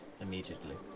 immediately